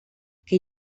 que